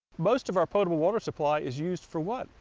most of our potable water supply is used for what?